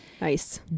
Nice